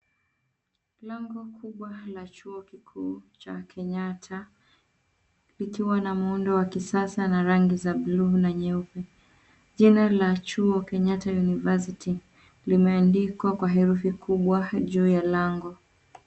Lango kubwa la chuo kikuu cha Kenyatta likiwa na muundo wa kisasa na rangi za buluu na nyeupe. Jina la chuo Kenyatta university limeandikwa kwa herufi kubwa juu ya lango.